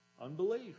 Unbelief